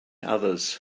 others